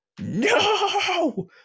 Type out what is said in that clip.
no